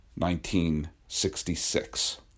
1966